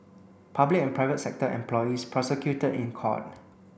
public and private sector employees prosecuted in court